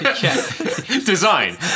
Design